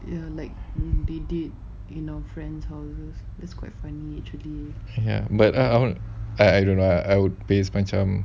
but I I wouldn't I I know I would place macam